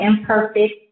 imperfect